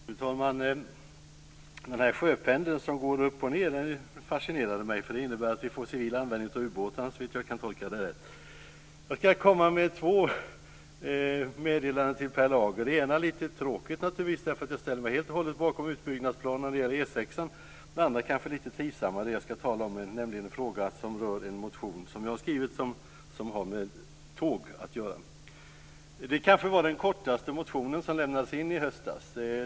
Fru talman! Sjöpendeln som går upp och ned fascinerade mig. Det innebär att vi, såvitt jag kan tolka detta, får civil användning av ubåtarna. Jag skall ge två meddelanden till Per Lager. Det ena är lite tråkigt, därför att jag ställer mig helt bakom utbyggnadsplanerna av E 6. Den andra är lite trivsammare, nämligen en motion som jag har väckt och som gäller tåg. Det var nog den kortaste motionen som väcktes i höstas.